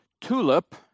TULIP